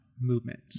movement